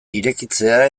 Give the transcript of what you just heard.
irekitzea